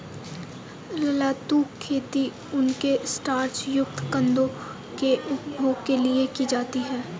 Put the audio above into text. रतालू खेती उनके स्टार्च युक्त कंदों के उपभोग के लिए की जाती है